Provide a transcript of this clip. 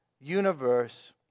universe